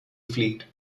fleet